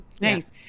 Nice